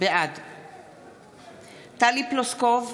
בעד טלי פלוסקוב,